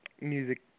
music